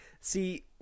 See